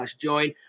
join